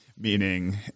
Meaning